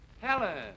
Helen